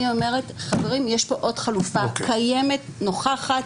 אני אומרת שיש פה עוד חלופה, קיימת, נוכחת.